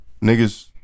niggas